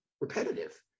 repetitive